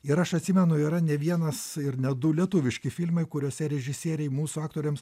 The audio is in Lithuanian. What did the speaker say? ir aš atsimenu yra ne vienas ir ne du lietuviški filmai kuriuose režisieriai mūsų aktoriams